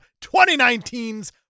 2019's